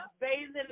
bathing